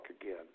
again